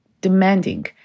demanding